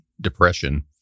depression